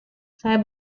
saya